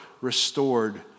restored